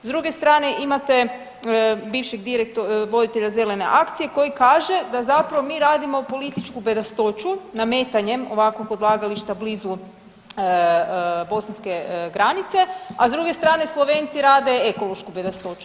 S druge strane imate bivšeg voditelja Zelene akcije koji kaže da zapravo mi radimo političku bedastoću nametanjem ovakvog odlagališta blizu bosanske granice, a s druge strane Slovenci rade ekološku bedastoću.